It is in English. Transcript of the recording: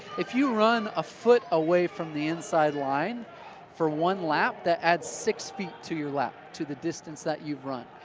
if you run a foot away from the inside line for one lap, that adds six feet to your lap, to the distance that you run.